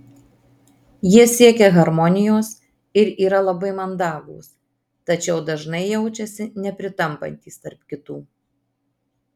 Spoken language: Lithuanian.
jie siekia harmonijos ir yra labai mandagūs tačiau dažnai jaučiasi nepritampantys tarp kitų